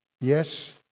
Yes